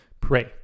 pray